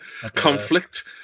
conflict